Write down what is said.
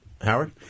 Howard